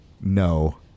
no